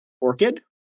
Orchid